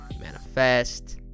manifest